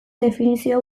definizio